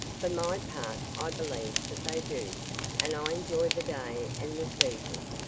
for my part i believe that they do and i enjoy the day and the season.